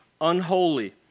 unholy